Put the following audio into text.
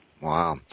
Wow